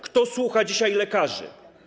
Kto słucha dzisiaj lekarzy?